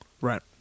Right